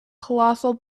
colossal